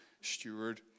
steward